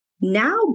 Now